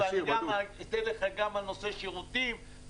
--- גם בנושא שירותים.